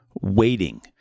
waiting